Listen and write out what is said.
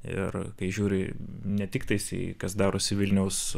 ir kai žiūri ne tik tais kas darosi vilniaus